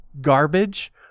garbage